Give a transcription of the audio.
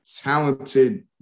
talented